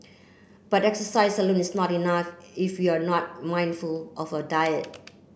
but exercise alone is not enough if we are not mindful of our diet